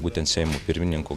būtent seimo pirmininko